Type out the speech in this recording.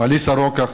אליסה רוקח